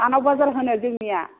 आनाव बाजार होनो जोंनिया